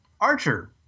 Archer